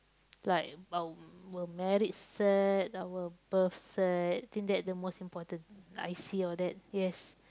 like our our married cert our birth cert think that the most important I_C all that yes